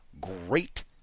great